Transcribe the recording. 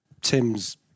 Tim's